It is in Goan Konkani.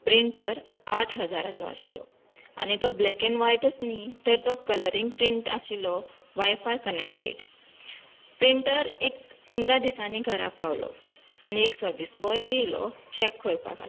प्रिंन्टर आठ हजारांचो आशिल्लो आनी तो ब्लेक एन्ड व्हायटच न्ही तर तो कलरींग प्रींन्ट आशिल्लो वायफाय कनेक्टेड प्रिंन्टर एक पंदरा दिसांनी घरां पावलो आनी एक सर्वीस बॉय आयलो चेक करपा खातीर